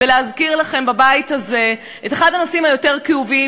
ולהזכיר לכם בבית הזה את אחד הנושאים היותר-כאובים